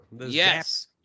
Yes